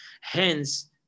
Hence